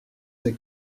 ses